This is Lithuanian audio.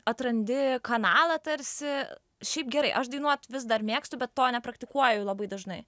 atrandi kanalą tarsi šiaip gerai aš dainuot vis dar mėgstu bet to nepraktikuoju labai dažnai